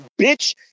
bitch